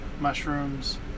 mushrooms